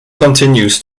continues